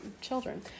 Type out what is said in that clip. children